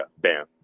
bam